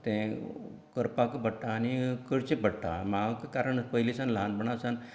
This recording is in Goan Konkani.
तें करपाक पडटा आनी करचें पडटा म्हाका कारण पयलींसान ल्हानपणांसान